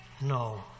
No